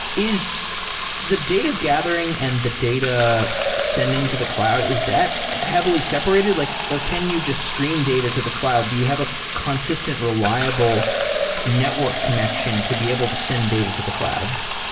is the data gathering and the data sending to the cloud, is that heavily separated like or can you just stream data to the cloud? do you have a consistent, reliable network connection to be able to send data to the cloud?